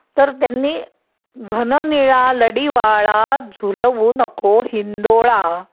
तर त्यांनी घन निळा लडिवाळा झुलवू नको हिंदोळा